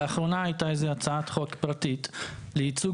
לאחרונה הייתה איזו הצעת חוק פרטית לייצוג